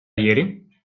ieri